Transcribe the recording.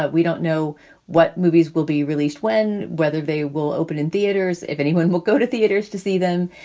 but we don't know what movies will be released when, whether they will open in theaters, if anyone will go to theaters to see them.